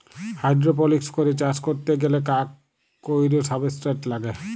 hydroponics করে চাষ ক্যরতে গ্যালে কাক কৈর সাবস্ট্রেট লাগে